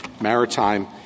maritime